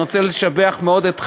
אני רוצה לשבח מאוד את חברי,